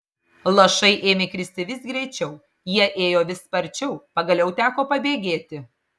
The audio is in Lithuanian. lašai ėmė kristi vis greičiau jie ėjo vis sparčiau pagaliau teko pabėgėti